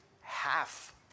half